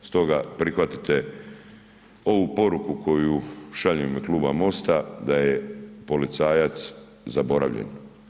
Stoga prihvatite ovu poruku koju šaljem u ime Kluba Mosta da je policajac zaboravljen.